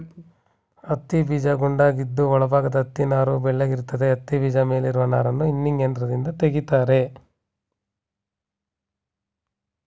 ಹತ್ತಿಬೀಜ ಗುಂಡಾಗಿದ್ದು ಒಳ ಭಾಗದ ಹತ್ತಿನಾರು ಬೆಳ್ಳಗಿರ್ತದೆ ಹತ್ತಿಬೀಜ ಮೇಲಿರುವ ನಾರನ್ನು ಜಿನ್ನಿಂಗ್ ಯಂತ್ರದಿಂದ ತೆಗಿತಾರೆ